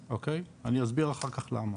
אני אסביר אחר כך למה.